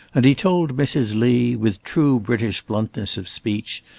and he told mrs. lee, with true british bluntness of speech,